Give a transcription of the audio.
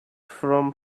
from